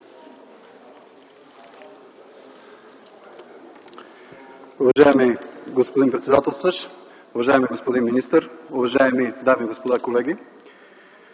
Уважаеми господин председателстващ, уважаеми господин министър, уважаеми дами и господа колеги!